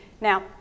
Now